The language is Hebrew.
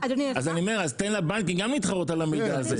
אז אני אומר, תן לבנקים גם להתחרות על המידע הזה.